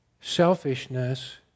selfishness